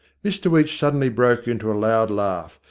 mr weech suddenly broke into a loud laugh,